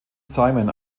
simon